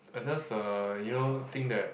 I just uh you know think that